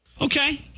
Okay